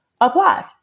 apply